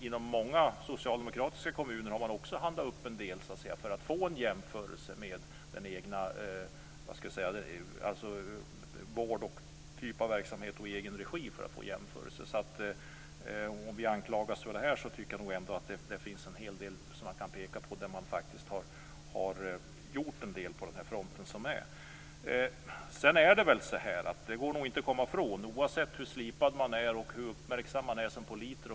Inom många socialdemokratiska kommuner har man också upphandlat en del för att få en jämförelse med verksamhet i egen regi, t.ex. vård. Om vi anklagas tycker jag nog ändå att det finns en hel del att peka på där man har gjort en del på den fronten. Det går nog inte att komma ifrån detta oavsett hur slipad man är och hur uppmärksam man är som politiker.